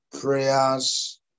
prayers